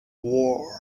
war